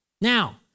Now